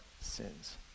sins